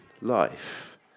life